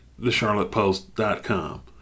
thecharlottepost.com